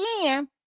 again